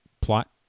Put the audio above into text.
plot